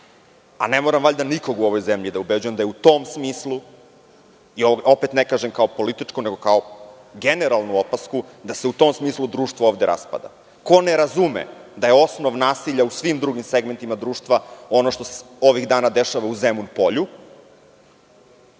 a ne moram valjda nikog u ovoj zemlji da ubeđujem da je u tom smislu, opet ne kažem kao političko, nego kao generalnu opasku da se u tom smislu društvo ovde raspada. Ko ne razume da je osnov nasilja u svim drugim segmentima društva ono što se ovih dana dešava u Zemun polju,